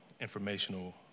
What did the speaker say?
informational